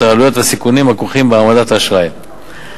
העלויות והסיכונים הכרוכים בהעמדת האשראי.